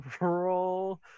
roll